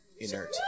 Inert